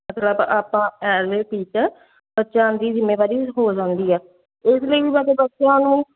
ਮਤਲਬ ਆਪਾਂ as a teacher ਬੱਚਿਆਂ ਦੀ ਜਿੰਮੇਵਾਰੀ ਹੋਰ ਬਣਦੀ ਆ ਇਸ ਲਈ ਵੀ ਸਾਡੇ ਬੱਚਿਆਂ ਨੂੰ